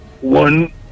one